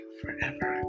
forever